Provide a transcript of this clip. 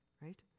Right